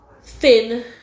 thin